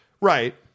Right